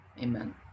amen